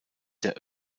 der